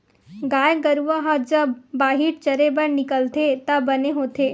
गाय गरूवा ह जब बाहिर चरे बर निकलथे त बने होथे